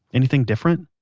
anything different?